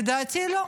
לדעתי לא.